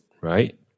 right